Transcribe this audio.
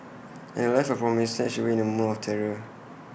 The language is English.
and A life of promise snatched away in A moment of terror